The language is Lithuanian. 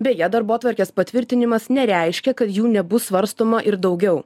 beje darbotvarkės patvirtinimas nereiškia kad jų nebus svarstoma ir daugiau